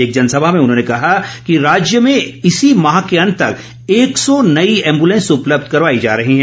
एक जनसंभा में उन्होंने कहा कि राज्य में इसी माह के अंत तक एक सौ नई एम्ब्लेंस उपलब्ध करवाई जा रही हैं